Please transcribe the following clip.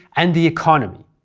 and the economy.